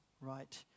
right